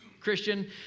Christian